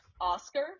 Oscar